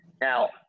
Now